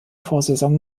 vorsaison